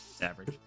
Average